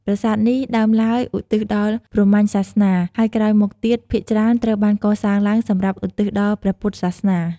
ប្រាសាទនេះដើមឡើយឧទ្ទិសដល់ព្រហ្មញ្ញសាសនា ហើយក្រោយមកទៀត ភាគច្រើនត្រូវបានកសាងឡើងសម្រាប់ឧទ្ទិសដល់ព្រះពុទ្ធសាសនា។